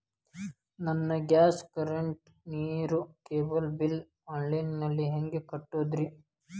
ನನ್ನ gas, current, ನೇರು, cable bill online ನಲ್ಲಿ ಹೆಂಗ್ ಕಟ್ಟೋದ್ರಿ?